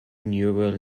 neural